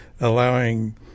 allowing